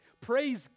Praise